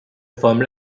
formel